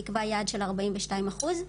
נקבע יעד של ארבעים ושתיים אחוז.